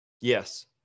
yes